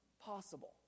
possible